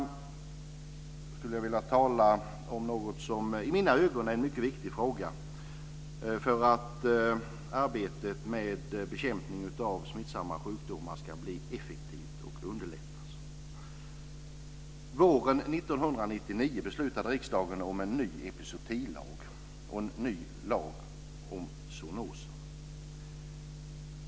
Jag skulle vilja tala om något som i mina ögon är en mycket viktig fråga för att arbetet med bekämpning av smittsamma sjukdomar ska bli effektivt och underlättas. Våren 1999 beslutade riksdagen om en ny epizootilag och en ny lag om zoonoser.